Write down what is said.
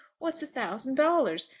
what's a thousand dollars,